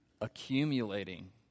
accumulating